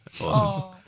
Awesome